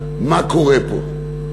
מה קורה פה?